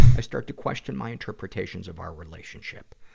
i start to question my interpretations of our relationship.